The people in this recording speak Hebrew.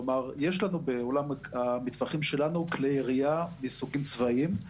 כלומר יש לנו בעולם המטווחים שלנו כלי ירייה מסוגים צבאיים,